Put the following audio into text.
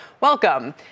Welcome